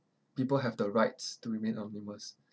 people have the rights to remain anonymous